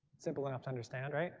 simple enough to understand.